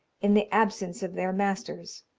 in the absence of their masters,